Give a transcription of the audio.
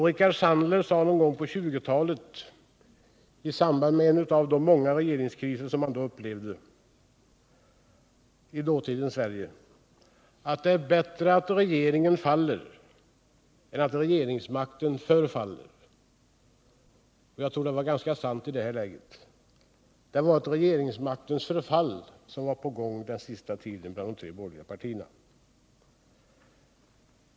Rickard Sandler sade en gång på 1920-talet i samband med en av de många regeringskriserna i dåtidens Sverige: ”Det är bättre att regeringen faller än att regeringsmakten förfaller.” Jag tror att det är sant också i det här läget. Det var ett regeringsmaktens förfall som var på gång den sista tiden bland de tre borgerliga partierna.